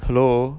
hello